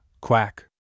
Quack